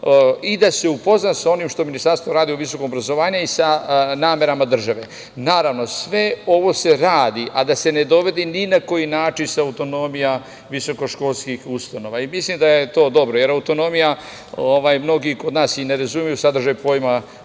i da se upozna sa onim što ministarstvo radi vezano za visoko obrazovanje i sa namerama države. Naravno, sve ovo se radi a da se ne dovodi ni na koji način autonomija visokoškolskih ustanova i mislim da je to dobro, jer mnogi kod nas i ne razumeju sadržaj pojma